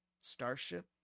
Starship